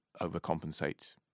overcompensate